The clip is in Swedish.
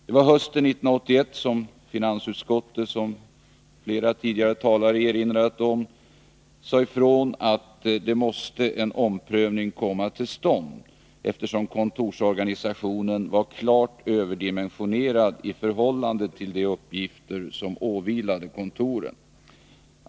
Det var hösten 1981 som finansutskottet, som flera talare tidigare har erinrat om, sade ifrån att en omprövning måste komma till stånd, eftersom kontorsorganisationen var klart överdimensionerad i förhållande till de uppgifter som åvilade kontoren.